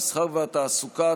המסחר והתעסוקה,